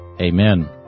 Amen